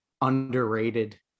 underrated